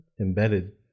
embedded